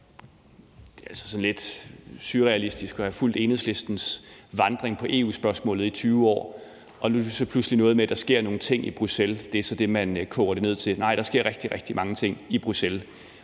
altså sådan lidt surrealistisk at have fulgt Enhedslistens vandring i EU-spørgsmålet i 20 år. Nu er det så pludselig noget med, at der »sker nogle ting i Bruxelles«. Det er det, man koger det ned til. Nej, der sker rigtig, rigtig mange ting i Bruxelles,